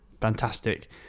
fantastic